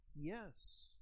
Yes